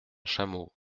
chameau